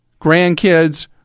grandkids